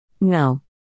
No